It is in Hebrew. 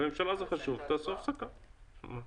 על התחנות המרכזיות, בוודאי שכן.